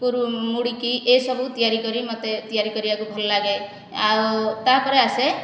କୁରୁ ମୁଡ଼ୁକି ଏଇସବୁ ତିଆରି କରି ମତେ ତିଆରି କରିବାକୁ ଭଲ ଲାଗେ ଆଉ ତାପରେ ଆସେ